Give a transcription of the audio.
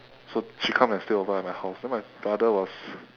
so she come and stay over at my house then my brother was